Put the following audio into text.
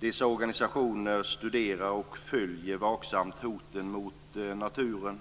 Dessa organisationer studerar och följer vaksamt hoten mot naturen,